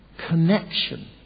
connection